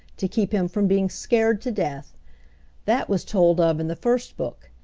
to keep him from being scared to death that was told of in the first book,